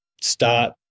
start